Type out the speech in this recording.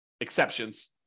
exceptions